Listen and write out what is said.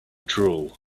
drool